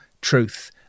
truth